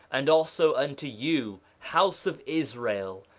and also unto you, house of israel,